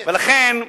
לכן,